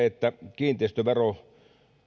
että kiinteistövero